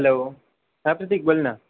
hello हां प्रतीक बोल ना